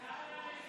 זה לא רוטמן,